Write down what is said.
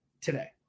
today